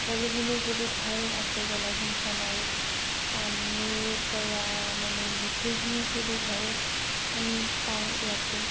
সকলোখিনি সুবিধাই আছে জলসিঞ্চনৰ পানীৰপৰা মানে গোটেইখিনি সুবিধাই আমি পাওঁ ইয়াতে